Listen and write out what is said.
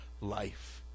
life